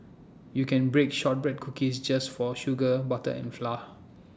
you can bake Shortbread Cookies just for sugar butter and flour